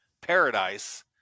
paradise